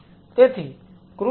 તેથી કૃપા કરીને